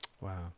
Wow